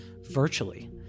virtually